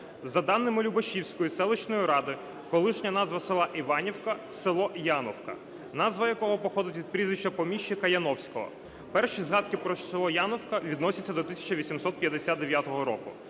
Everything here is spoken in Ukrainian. За даними Любашівської селищної ради колишня назва села Іванівка – село Яновка, назва якого походить від прізвища поміщика Яновського. Перші згадки про село Яновка відносяться до 1859 року.